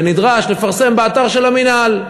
ונדרש לפרסם באתר של המינהל.